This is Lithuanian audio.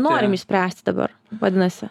norim išspręsti dabar vadinasi